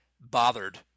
bothered